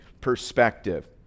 perspective